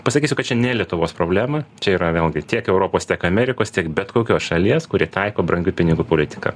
pasakysiu kad čia ne lietuvos problema čia yra vėlgi tiek europos tiek amerikos tiek bet kokios šalies kuri taiko brangių pinigų politiką